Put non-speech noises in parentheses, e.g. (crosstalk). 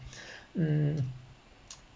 mm (noise)